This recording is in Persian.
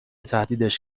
تهدیدش